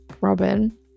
Robin